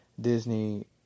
Disney